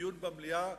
לדיון במליאה